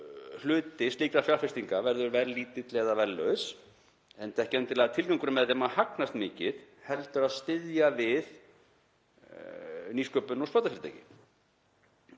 hluti slíkra fjárfestinga verður verðlítill eða verðlaus, enda ekki endilega tilgangurinn með þeim að hagnast mikið heldur að styðja við nýsköpun og sprotafyrirtæki.